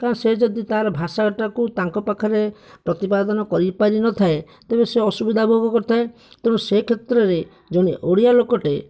କାରଣ ସେ ଯଦି ତାର ଭାଷାଟାକୁ ତାଙ୍କ ପାଖରେ ପ୍ରତିପାଦନ କରିପାରିନଥାଏ ତେବେ ସେ ଅସୁବିଧା ଭୋଗ କରିଥାଏ ତେଣୁ ସେ କ୍ଷେତ୍ରରେ ଜଣେ ଓଡ଼ିଆ ଲୋକଟିଏ